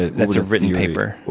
that's a written paper.